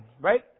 right